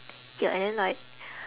ya and then like